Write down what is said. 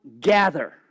gather